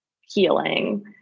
healing